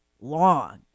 long